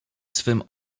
swym